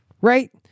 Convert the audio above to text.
right